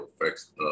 effects